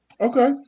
Okay